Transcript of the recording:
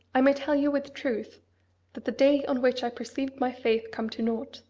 i may tell you with truth that the day on which i perceived my faith come to nought,